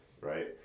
right